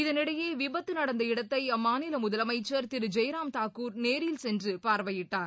இதனிடையே விபத்து நடந்த இடத்தை அம்மாநில முதலமைச்சர் திரு ஜெய்ராம் தாக்கூர் நேரில் சென்று பார்வையிட்டார்